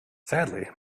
sadly